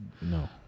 No